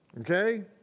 Okay